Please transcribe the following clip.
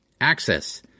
access